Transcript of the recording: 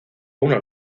una